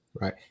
Right